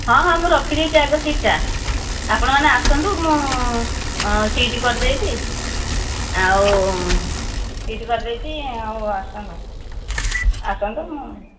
ହଁ ହଁ ମୁଁ ରଖିଦେଇଛି ଆଗ ସିଟ୍ଟା ଆପଣମାନେ ଆସନ୍ତୁ ମୁଁ ସିଟ୍ କରିଦେଇଛି ଆଉ ସିଟ୍ କରିଦେଇଛି ଆଉ ଆସନ୍ତୁ ଆସନ୍ତୁ ମୁଁ